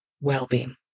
well-being